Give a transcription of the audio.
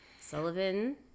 Sullivan